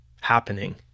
happening